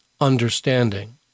understanding